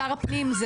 שר הפנים,